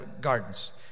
Gardens